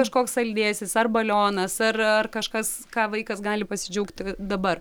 kažkoks saldėsis ar balionas ar ar kažkas ką vaikas gali pasidžiaugti dabar